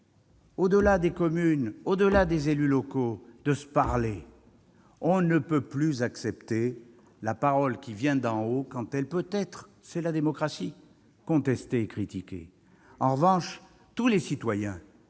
au-delà des communes et des élus locaux, de se parler. On ne peut plus accepter cette parole qui vient d'en haut, quand elle peut être- c'est la démocratie ! -contestée et critiquée. En revanche, tous les citoyens